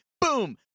Boom